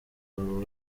rwaba